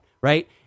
right